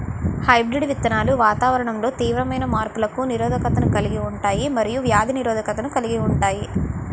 hybrid విత్తనాలు వాతావరణంలో తీవ్రమైన మార్పులకు నిరోధకతను కలిగి ఉంటాయి మరియు వ్యాధి నిరోధకతను కలిగి ఉంటాయి